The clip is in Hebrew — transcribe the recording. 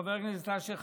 חבר הכנסת אשר,